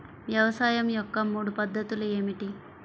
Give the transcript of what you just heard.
వ్యవసాయం యొక్క మూడు పద్ధతులు ఏమిటి?